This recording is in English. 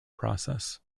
process